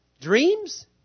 Dreams